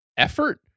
effort